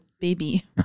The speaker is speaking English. baby